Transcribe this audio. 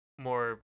more